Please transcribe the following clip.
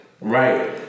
right